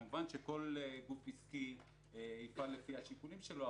כמובן כל גוף עסקי יפעל לפי השיקולים שלו,